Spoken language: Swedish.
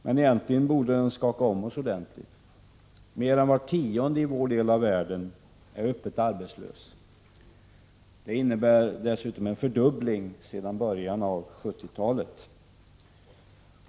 Men egentligen borde den skaka om oss ordentligt. Mer än var tionde människa i vår del av världen är öppet arbetslös. Det innebär en fördubbling sedan början av 1970-talet.